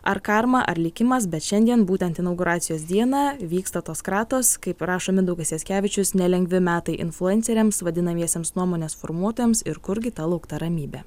ar karma ar likimas bet šiandien būtent inauguracijos dieną vyksta tos kratos kaip rašo mindaugas jackevičius nelengvi metai influenceriams vadinamiesiems nuomonės formuotojams ir kurgi ta laukta ramybė